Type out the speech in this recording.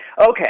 Okay